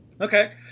Okay